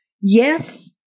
Yes